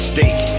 State